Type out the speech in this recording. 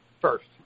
first